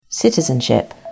citizenship